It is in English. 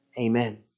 Amen